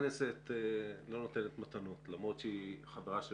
הכנסת לא נותנת מתנות למרות שהיא חברה של